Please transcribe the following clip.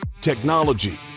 technology